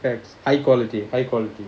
facts high quality high quality